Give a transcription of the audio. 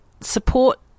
support